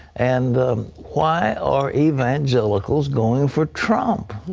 and why are evangelicals going for trump?